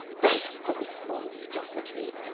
bass-voiced monstrosity!